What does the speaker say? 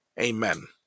Amen